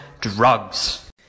drugs